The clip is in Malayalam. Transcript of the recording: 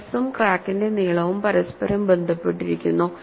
സ്ട്രെസും ക്രാക്കിന്റെ നീളവും പരസ്പരം ബന്ധപ്പെട്ടിരിക്കുന്നു